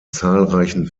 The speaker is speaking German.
zahlreichen